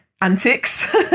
antics